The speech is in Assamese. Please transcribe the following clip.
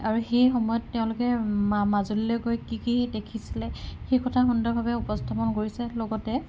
আৰু সেই সময়ত তেওঁলোকে মাজুলীলে গৈ কি কি দেখিছিলে সেই কথা সুন্দৰভাৱে উপস্থাপন কৰিছে লগতে